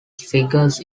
figures